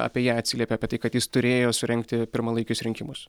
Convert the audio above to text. apie ją atsiliepė apie tai kad jis turėjo surengti pirmalaikius rinkimus